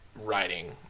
writing